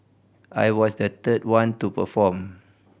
I was the third one to perform